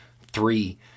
three